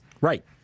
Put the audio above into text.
Right